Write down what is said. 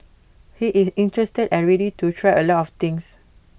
he is interested and ready to try A lot of things